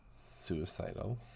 suicidal